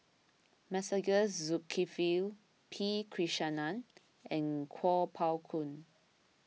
Masagos Zulkifli P Krishnan and Kuo Pao Kun